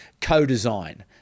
co-design